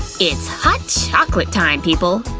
it's hot chocolate time, people!